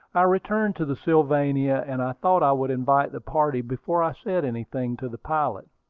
i returned to the sylvania, and i thought i would invite the party before i said anything to the pilot.